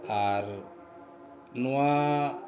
ᱟᱨ ᱱᱚᱣᱟ